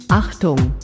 Achtung